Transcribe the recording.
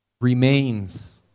remains